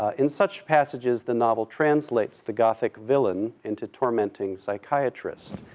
ah in such passages, the novel translates the gothic villain into tormenting psychiatrist.